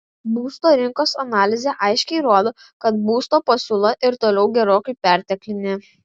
būsto rinkos analizė aiškiai rodo kad būsto pasiūla ir toliau gerokai perteklinė